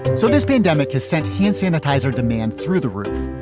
so this pandemic has sent hand sanitizer demand through the roof.